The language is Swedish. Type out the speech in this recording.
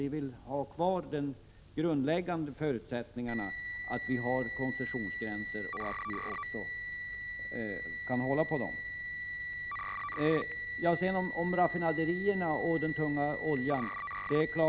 Vi vill ha kvar den grundläggande förutsättningen, att det skall finnas koncessionsgränser och att dessa skall efterlevas. Så till raffinaderierna och den tunga oljan.